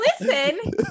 listen